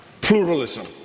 pluralism